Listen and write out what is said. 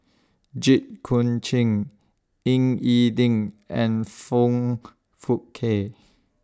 Jit Koon Ch'ng Ying E Ding and Foong Fook Kay